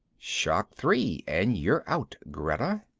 shock three and you're out, greta,